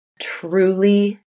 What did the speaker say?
truly